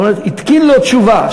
זאת אומרת התקין לו תשובה,